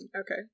Okay